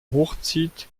hochzieht